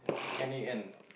N A N